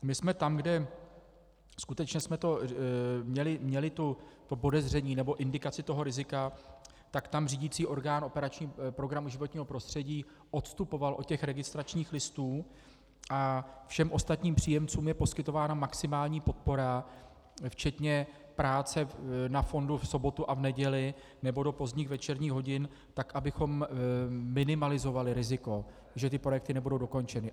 My jsme tam, kde skutečně jsme měli podezření nebo indikaci toho rizika, tak tam řídicí orgán operačního programu Životní prostředí odstupoval od registračních listů, a všem ostatním příjemců je poskytována maximální podpora včetně práce na fondu v sobotu a v neděli, nebo do pozdních večerních hodin, tak abychom minimalizovali riziko, že ty projekty nebudou dokončeny.